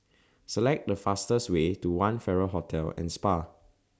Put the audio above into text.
Select The fastest Way to one Farrer Hotel and Spa